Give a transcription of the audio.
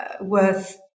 worth